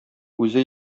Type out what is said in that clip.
үзе